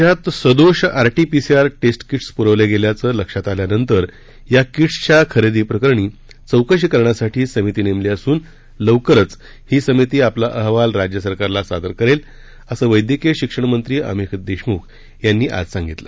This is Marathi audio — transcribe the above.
राज्यात सदोष आरटीपीसीआर टेस्ट कीट्स पुरवले गेल्या लक्षात आल्यानंतर या कीट्सच्या खरेदीप्रकरणी चौकशी करण्यासाठी समिती नेमली असून लवकरच ही समिती आपला अहवाल राज्यसरकारला सादर करेल असं वैद्यकीय शिक्षणमंत्री अमित देशमुख यांनी आज सांगितलं